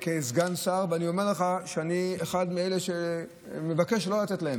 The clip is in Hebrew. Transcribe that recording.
אני כאן עומד כסגן שר ואני אומר לך שאני אחד מאלה שמבקשים לא לתת להם.